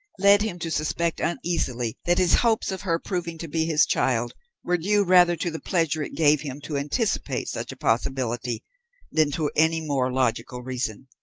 led him to suspect uneasily that his hopes of her proving to be his child were due rather to the pleasure it gave him to anticipate such a possibility than to any more logical reason.